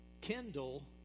Kendall